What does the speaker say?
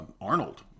Arnold